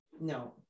No